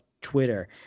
twitter